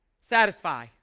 Satisfy